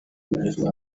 bityo